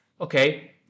okay